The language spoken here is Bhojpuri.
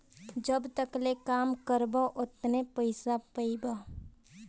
जब तकले काम करबा ओतने पइसा पइबा